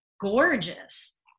gorgeous